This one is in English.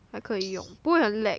还可以用不会很 lag